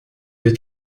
êtes